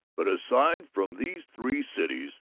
but aside from these three cities,